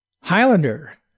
Highlander